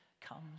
comes